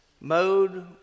mode